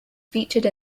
featured